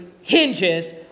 hinges